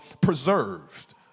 preserved